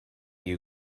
you